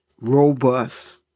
robust